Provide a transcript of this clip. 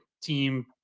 team